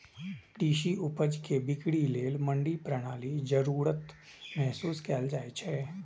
कृषि उपज के बिक्री लेल मंडी प्रणालीक जरूरत महसूस कैल जाइ छै